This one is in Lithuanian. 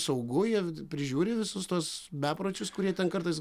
saugu jie prižiūri visus tuos bepročius kurie ten kartais